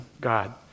God